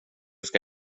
ska